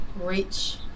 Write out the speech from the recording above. reach